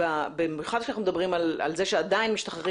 במיוחד כשאנחנו מדברים על זה שעדיין משתחררים